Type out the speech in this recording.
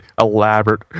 elaborate